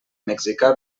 mexicà